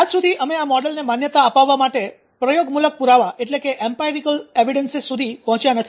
આજ સુધી અમે આ મોડેલને માન્યતા અપાવવા માટે પ્રયોગમુલક પુરાવા સુધી પહોંચ્યા નથી